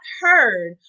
heard